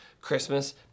Christmas